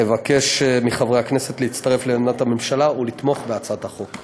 אבקש מחברי הכנסת להצטרף לעמדת הממשלה ולתמוך בהצעת החוק.